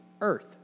earth